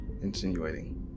insinuating